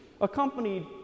accompanied